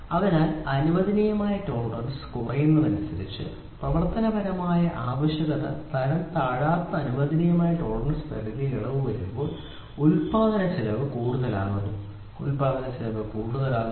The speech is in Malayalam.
അതിനാൽ അനുവദനീയമായ ടോളറൻസ് കുറയുന്നതിനനുസരിച്ച് പ്രവർത്തനപരമായ ആവശ്യകതയെ തരംതാഴ്ത്താതെ അനുവദനീയമായ ടോളറൻസ് പരിധിയിൽ ഇളവ് വരുമ്പോൾ ഉൽപാദനച്ചെലവ് കൂടുതലാകും ഉൽപ്പാദനച്ചെലവ് കുറയുന്നു